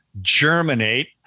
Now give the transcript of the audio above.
germinate